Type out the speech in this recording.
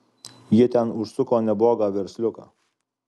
jie ten užsuko neblogą versliuką